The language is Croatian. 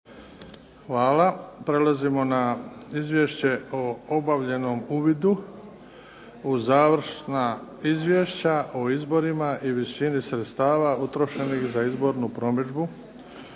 2010. godine Izvješće o obavljenom uvidu u završna izvješća o izborima i visini sredstava utrošenih za izbornu promidžbu,